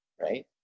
right